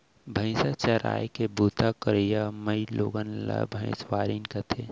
भईंसा चराय के बूता करइया माइलोगन ला भइंसवारिन कथें